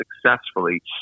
successfully